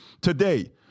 today